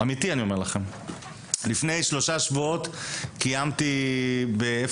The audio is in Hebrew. לפני שלושה שבועות קיימתי חוג בית